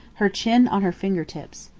her chin on her finger-tips.